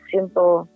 Simple